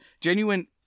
genuine